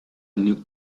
new